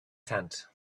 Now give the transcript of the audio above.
tent